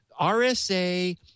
RSA